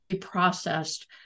processed